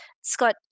Scott